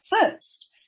first